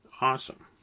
Awesome